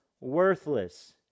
worthless